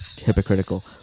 hypocritical